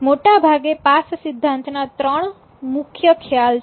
મોટાભાગે પાસ સિદ્ધાંતના ત્રણ મુખ્ય ખ્યાલ છે